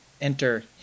Enter